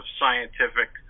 scientific